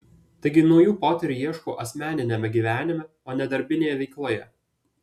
taigi naujų potyrių ieškau asmeniniame gyvenime o ne darbinėje veikloje